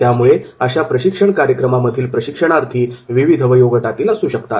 त्यामुळे अशा प्रशिक्षण कार्यक्रमामधील प्रशिक्षणार्थी विविध वयोगटातील असू शकतात